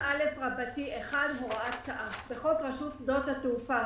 40א1 הוראת שעה בחוק רשות שדות התעופה,